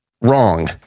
wrong